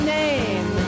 name